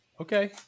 Okay